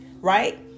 right